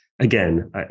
again